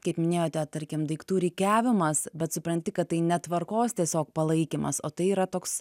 kaip minėjote tarkim daiktų rikiavimas bet supranti kad tai ne tvarkos tiesiog palaikymas o tai yra toks